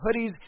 hoodies